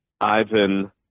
ivan